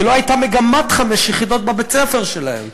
כי לא הייתה מגמת חמש יחידות בבית-הספר שלהם.